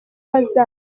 hazaza